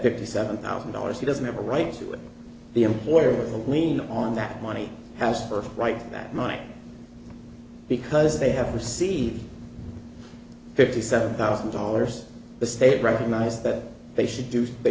fifty seven thousand dollars he doesn't have a right to the employer with a lien on that money house for right that money because they have received fifty seven thousand dollars the state recognize that they should do so they